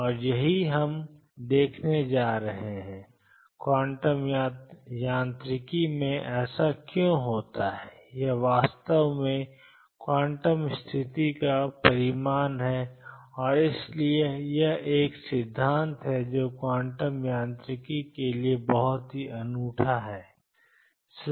और यही हम देखने जा रहे हैं कि क्वांटम यांत्रिकी में ऐसा क्यों होता है यह वास्तव में क्वांटम स्थिति का परिणाम है और इसलिए यह एक सिद्धांत है जो क्वांटम यांत्रिकी के लिए बहुत ही अनूठा है